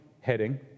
heading